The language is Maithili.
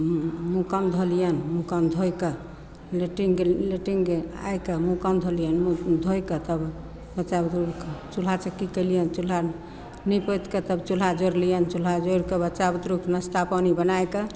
मुँह कान धोलियनि मुँह कान धोइके लेटिंग गे लेटिंग गे आइके मुँह कान धोलियनि धोइके तब बच्चा बुतरुकके चूल्हा चेकी कयलियनि चूल्हा नीप पोति कऽ तब चूल्हा जोरलियनि चूल्हा जोरिकऽ बच्चा बुतरुकके नास्ता पानि बनाय कऽ